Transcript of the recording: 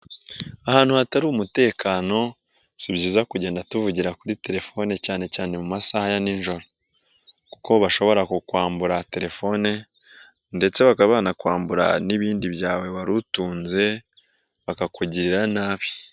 Ahantu hatari umutekano si byiza kugenda tuvugira kuri telefone cyane cyane mu masaha ya nijoro, kuko bashobora kukwambura telefone, ndetse bakabanakwambura n'ibindi byawe wari utunze bakakugirira nabi.